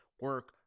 Work